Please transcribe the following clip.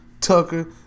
Tucker